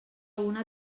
una